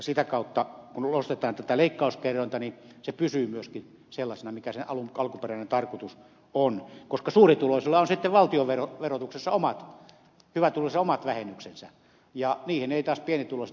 sitä kautta kun nostetaan tätä leikkauskerrointa se pysyy myöskin sellaisena mikä sen alkuperäinen tarkoitus on koska suurituloisilla hyvätuloisilla on sitten valtionverotuksessa omat vähennyksensä ja niihin eivät taas pienituloiset pääse